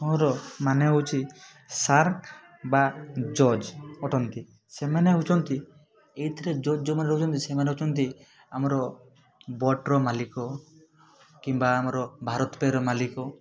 ମୋର ମାନେ ହେଉଛି ସାର୍କ୍ ବା ଜଜ୍ ଅଟନ୍ତି ସେମାନେ ହେଉଛନ୍ତି ଏଇଥିରେ ଜଜ୍ ଯେଉଁମାନେ ରହୁଛନ୍ତି ସେମାନେ ହେଉଛନ୍ତି ଆମର ବୋଟ୍ର ମାଲିକ କିମ୍ବା ଆମର ଭାରତପେର ମାଲିକ